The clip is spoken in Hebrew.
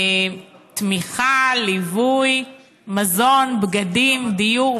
תמיכה, ליווי, מזון, בגדים, דיור?